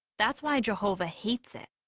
that's why jehovah hates it.